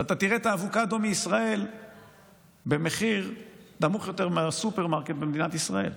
ואתה תראה את האבוקדו מישראל במחיר נמוך יותר מבסופרמרקט במדינת ישראל.